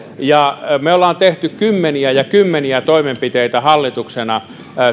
me olemme tehneet kymmeniä ja kymmeniä toimenpiteitä hallituksena